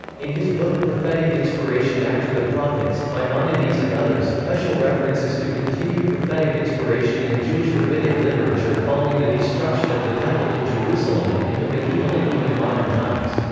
in his book prophetic inspiration after the prophets maimonides and others, heschel references to continued prophetic inspiration in jewish rabbinic literature following the destruction of the temple in jerusalem and into medieval and even modern times.